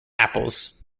apples